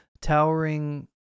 towering